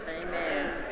Amen